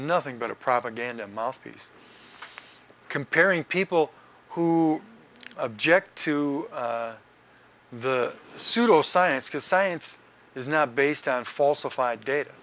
nothing but a propaganda mouthpiece comparing people who object to the pseudo science because science is now based on falsified dat